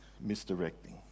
misdirecting